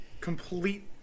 complete